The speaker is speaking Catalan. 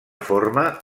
forma